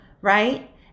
Right